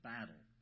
Battle